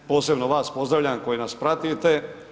Posebno vas pozdravljam koji nas pratite.